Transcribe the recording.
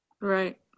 Right